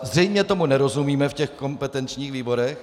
Zřejmě tomu nerozumíme v těch kompetenčních výborech.